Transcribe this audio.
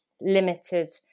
limited